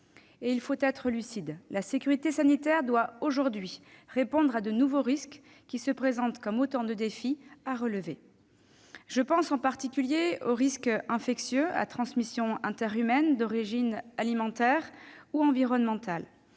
de santé. Soyons lucides : la sécurité sanitaire doit répondre à de nouveaux risques, qui se présentent comme autant de défis à relever. Je pense en particulier aux risques infectieux à transmission interhumaine, d'origine alimentaire ou environnementale,